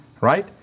Right